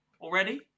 already